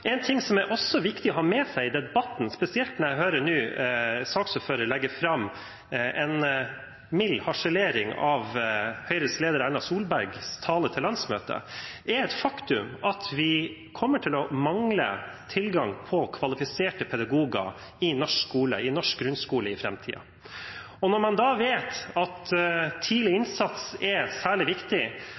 En ting som også er viktig å ha med seg i debatten, spesielt når jeg nå hører saksordførerens milde harselering med Høyres leder Erna Solbergs tale til landsmøtet, er det faktum at vi kommer til å mangle tilgang på kvalifiserte pedagoger i norsk grunnskole i framtiden. Og når man vet at tidlig innsats er særlig viktig,